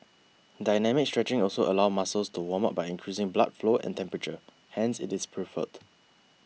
dynamic stretching also allows muscles to warm up by increasing blood flow and temperature hence it is preferred